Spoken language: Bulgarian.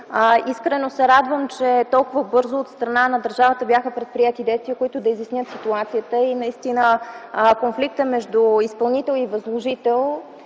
Искрено се радвам, че толкова бързо от страна на държавата бяха предприети действия, които да изяснят ситуацията и наистина конфликта между изпълнител и възложител